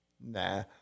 Nah